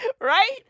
Right